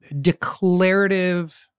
declarative